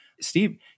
Steve